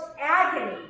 agony